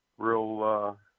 real